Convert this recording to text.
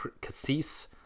cassis